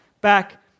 back